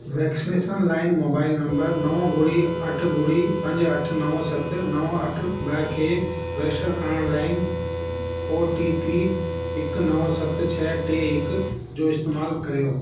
vaccination लाइ mobile number नव ॿुड़ी अठ ॿुड़ी पंज अठ नव सत नव अठ ॿ खे रजिस्टर करण लाइन ओ टी पी हिकु नव सत छह टे हिकु जो इस्तेमालु करियो